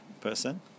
person